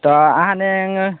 तऽ अहाँ ने